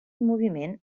moviment